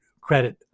credit